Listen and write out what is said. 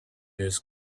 his